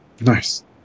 Nice